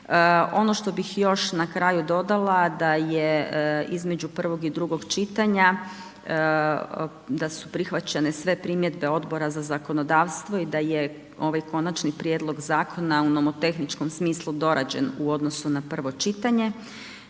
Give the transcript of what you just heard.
Ono što bih još na kraju dodala, da je između prvog i drugog čitanja, da su prihvaćene sve primjedbe Odbora za zakonodavstvo i da je ovaj konačni prijedlog zakona u onom tehničkom smislu dorađen u odnosu na prvo čitanje